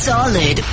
Solid